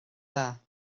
dda